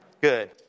Good